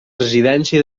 residència